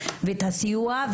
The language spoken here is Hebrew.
את הסיוע,